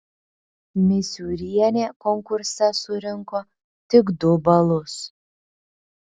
misiūrienė konkurse surinko tik du balus